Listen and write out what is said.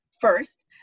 first